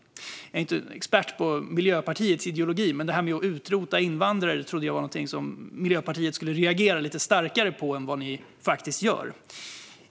Jag är ingen expert på Miljöpartiets ideologi, men det här med att utrota invandrare trodde jag var någonting som Miljöpartiet skulle reagera lite starkare på än vad ni faktiskt gör.